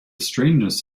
strangeness